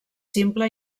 simple